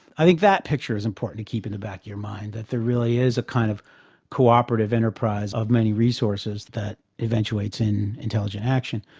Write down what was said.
i think that picture is important to keep in the back of your mind, that there really is a kind of cooperative enterprise of many resources that eventuates in intelligent action.